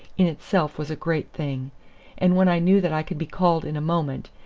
in itself was a great thing and when i knew that i could be called in a moment,